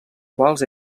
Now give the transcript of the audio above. quals